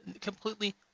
completely